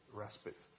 respite